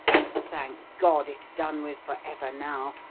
but thank god it's done with for ever now,